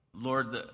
Lord